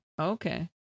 Okay